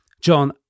John